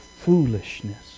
foolishness